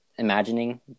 Imagining